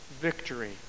victory